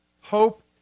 hope